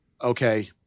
okay